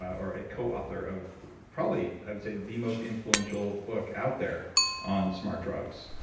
or a co-author of probably i'd say the most influential book out there on smart drugs.